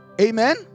Amen